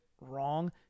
wrong